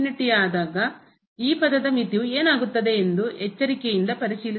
ಆದಾಗ ಈ ಪದದ ಮಿತಿಯು ಏನಾಗುತ್ತದೆ ಎಂದು ಎಚ್ಚರಿಕೆಯಿಂದ ಪರಿಶೀಲಿಸಬೇಕು